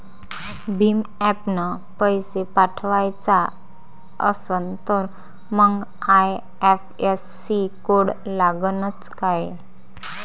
भीम ॲपनं पैसे पाठवायचा असन तर मंग आय.एफ.एस.सी कोड लागनच काय?